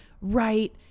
right